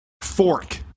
Fork